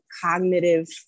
cognitive